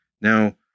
Now